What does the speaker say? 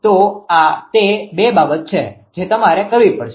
તો આ તે બે બાબતો છે જે તમારે કરવી પડશે